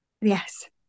Yes